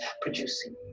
producing